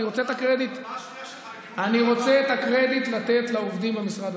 אני רוצה לתת את הקרדיט לעובדים במשרד.